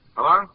Hello